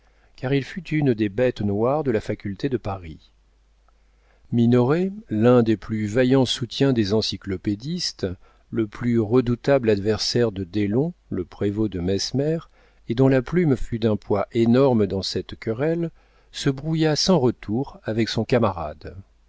car il fut une des bêtes noires de la faculté de paris minoret l'un des plus vaillants soutiens des encyclopédistes le plus redoutable adversaire de deslon le prévôt de mesmer et dont la plume fut d'un poids énorme dans cette querelle se brouilla sans retour avec son camarade